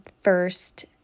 first